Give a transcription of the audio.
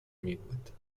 میبود